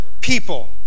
people